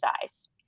size